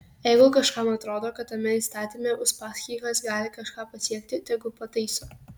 jeigu kažkam atrodo kad tame įstatyme uspaskichas gali kažką pasiekti tegul pataiso